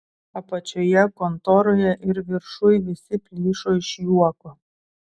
apačioje kontoroje ir viršuj visi plyšo iš juoko